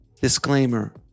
Disclaimer